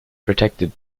protected